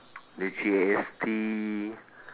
the G_S_T